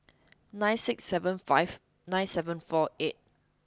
nine six seven five nine seven four eight